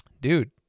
dude